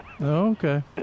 Okay